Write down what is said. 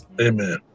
Amen